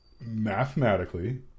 Mathematically